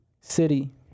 city